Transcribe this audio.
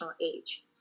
age